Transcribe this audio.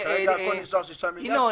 כרגע הכול נשאר 6 מיליארד.